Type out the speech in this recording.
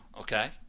Okay